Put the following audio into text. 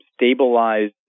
stabilize